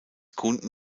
kunden